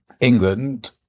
england